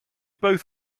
both